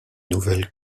nouvelles